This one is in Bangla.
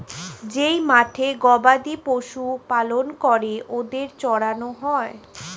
যেই মাঠে গবাদি পশু পালন করে ওদের চড়ানো হয়